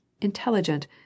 intelligent